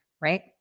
Right